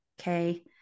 Okay